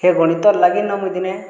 ହେ ଗଣିତ ଲାଗିନ୍ ମୁଇଁ ଦିନେ